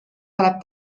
tuleb